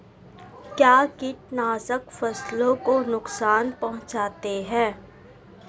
क्या कीटनाशक फसलों को नुकसान पहुँचाते हैं?